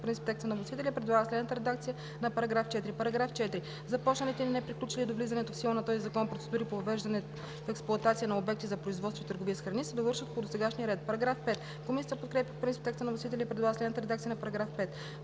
принцип текста на вносителя и предлага следната редакция на § 4: „§ 4. Започналите и неприключили до влизането в сила на този закон процедури по въвеждане в експлоатация на обекти за производство и търговия с храни се довършват по досегашния ред.“ Комисията подкрепя по принцип текста на вносителя и предлага следната редакция на § 5: „§ 5.